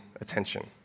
attention